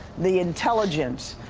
the intelligence